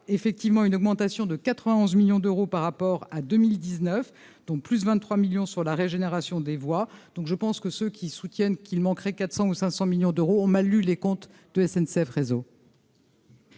effectivement une augmentation de 91 millions d'euros par rapport à 2019, dont plus de 23 millions sur la régénération des voies, donc je pense que ceux qui soutiennent qu'il manquerait 400 ou 500 millions d'euros au mal lu les comptes de SNCF, réseau.